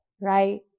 right